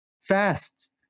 Fast